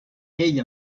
ell